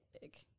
big